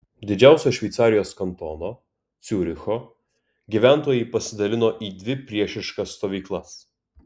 didžiausio šveicarijos kantono ciuricho gyventojai pasidalino į dvi priešiškas stovyklas